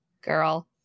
Girl